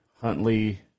Huntley